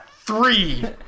Three